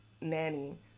nanny